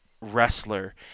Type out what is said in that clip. wrestler